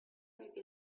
movie